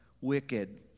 wicked